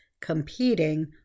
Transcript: competing